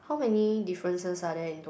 how many differences are there in to